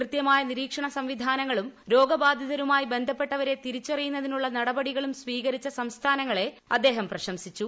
കൃത്യമായ നിരീക്ഷണ സംവിധാനങ്ങളും രോഗബാധിതരുമായി ബന്ധപ്പെട്ടവരെ തിരിച്ചറിയുന്നതിനുള്ള നടപടികളും സ്വീകരിച്ച സംസ്ഥാനങ്ങളെ അദ്ദേഹം പ്രശംസിച്ചു